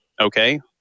okay